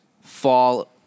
fall